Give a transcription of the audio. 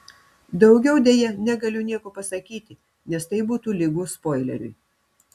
daugiau deja negaliu nieko pasakyti nes tai būtų lygu spoileriui